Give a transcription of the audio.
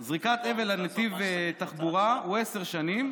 על זריקת אבן לנתיב תחבורה הוא עשר שנים,